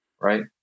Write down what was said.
right